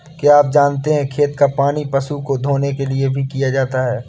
क्या आप जानते है खेत का पानी पशु को धोने के लिए भी किया जाता है?